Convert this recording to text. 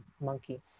monkey